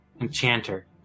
Enchanter